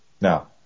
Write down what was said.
Now